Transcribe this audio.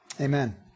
Amen